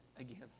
again